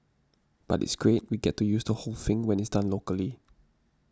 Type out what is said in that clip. but it's great we get to use the whole thing when it's done locally